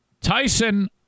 Tyson